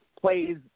plays